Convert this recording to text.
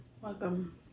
welcome